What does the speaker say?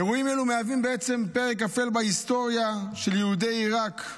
אירועים שמהווים פרק אפל בהיסטוריה של יהודי עיראק,